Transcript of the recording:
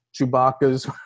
Chewbacca's